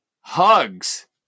Hugs